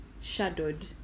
shadowed